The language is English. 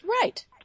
Right